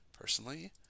Personally